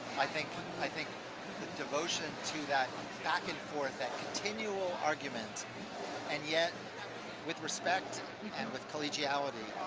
i think i think devotion to that back and forth, that continual argument and yet with respect and with collegiality.